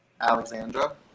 Alexandra